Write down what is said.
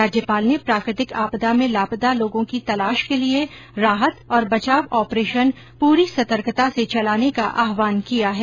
राज्यपाल ने प्राकृतिक आपदा में लापता लोगों की तलाश के लिये राहत और बचाव ऑपरेशन पूरी सतर्कता से चलाने का आहवान किया है